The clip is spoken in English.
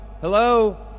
Hello